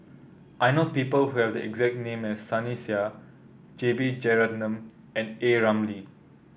I know people who have the exact name as Sunny Sia J B Jeyaretnam and A Ramli